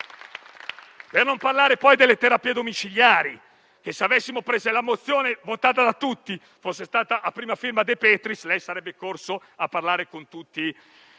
Per non parlare, poi, delle terapie domiciliari. Se la mozione sottoscritta da tutti fosse stata a prima firma De Petris lei sarebbe corso a parlare con tutti